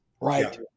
right